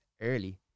early